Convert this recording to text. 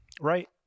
right